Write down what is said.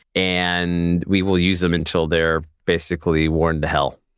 and we will use them until they're basically worn to hell.